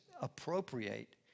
appropriate